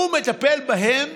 הוא מטפל בהם